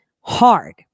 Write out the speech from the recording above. hard